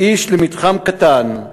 איש למתחם קטן,